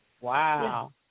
Wow